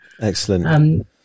Excellent